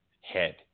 head